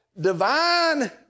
Divine